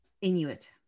Inuit